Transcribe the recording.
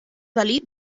dalí